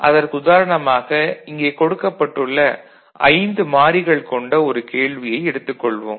அதற்கு உதாரணமாக இங்கே கொடுக்கப்பட்டுள்ள 5 மாறிகள் கொண்ட ஒரு கேள்வியை எடுத்துக் கொள்வோம்